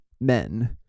men